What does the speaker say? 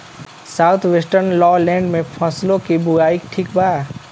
South western lowland में फसलों की बुवाई ठीक बा?